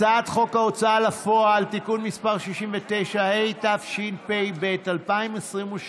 הצעת חוק ההוצאה לפועל (תיקון מס' 69) התשפ"ב 2022,